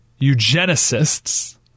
eugenicists